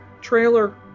trailer